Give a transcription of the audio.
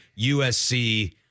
USC